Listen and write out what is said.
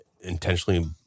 intentionally